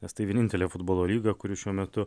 nes tai vienintelė futbolo lyga kuri šiuo metu